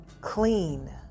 Clean